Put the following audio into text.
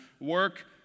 work